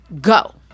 Go